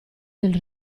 del